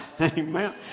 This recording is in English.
Amen